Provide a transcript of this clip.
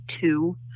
two